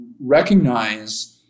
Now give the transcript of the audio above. recognize